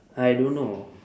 I don't know